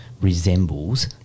resembles